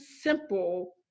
simple